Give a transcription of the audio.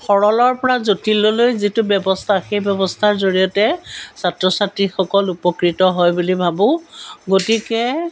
সৰলৰ পৰা জটিললৈ যিটো ব্যৱস্থা সেই ব্যৱস্থাৰ জৰিয়তে ছাত্ৰ ছাত্ৰীসকল উপকৃত হয় বুলি ভাবোঁ গতিকে